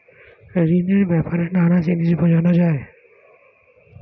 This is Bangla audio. ঋণের ব্যাপারে নানা জিনিস বোঝানো যায়